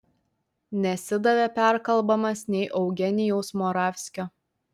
nesidavė perkalbamas nei eugenijaus moravskio